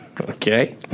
Okay